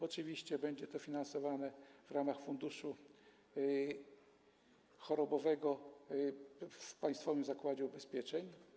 Oczywiście będzie to finansowane w ramach funduszu chorobowego w państwowym zakładzie ubezpieczeń.